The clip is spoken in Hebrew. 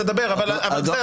נדבר אבל בסדר,